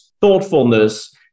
thoughtfulness